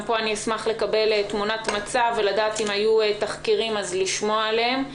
גם פה אשמח לקבל תמונת מצב ולדעת האם היו תחקירים ולשמוע עליהם.